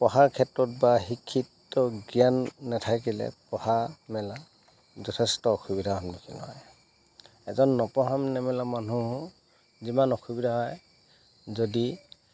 পঢ়াৰ ক্ষেত্ৰত বা শিক্ষিত জ্ঞান নাথাকিলে পঢ়া মেলা যথেষ্ট অসুবিধাৰ সন্মুখীন হয় এজন নপঢ়া নেমেলা মানুহো যিমান অসুবিধা হয় যদি